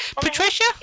Patricia